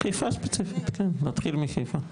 חיפה ספציפית, כן, נתחיל מחיפה.